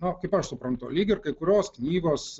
na kaip aš suprantu lyg ir kai kurios knygos